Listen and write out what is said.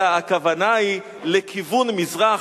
אלא הכוונה היא לכיוון מזרח,